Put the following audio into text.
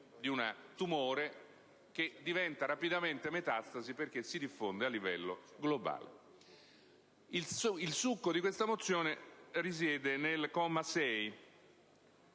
di un tumore che diventa rapidamente metastasi perché si diffonde a livello globale. Il succo di questa mozione risiede nel punto 6)